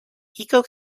eco